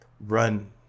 run